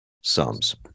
sums